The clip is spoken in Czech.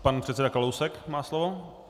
Pan předseda Kalousek má slovo.